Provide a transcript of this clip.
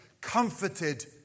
comforted